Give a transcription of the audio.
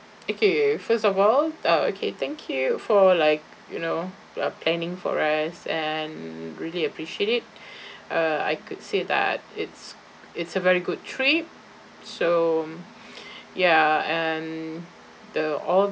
okay first of all uh okay thank you for like you know uh planning for us and really appreciate it uh I could say that it's it's a very good trip so ya and the all